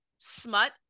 smut